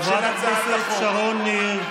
חברת הכנסת שרון ניר.